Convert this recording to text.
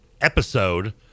episode